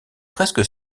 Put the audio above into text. presque